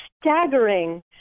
staggering